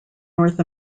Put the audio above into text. north